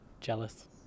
Jealous